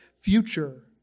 future